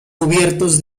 cubiertos